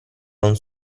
non